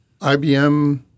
ibm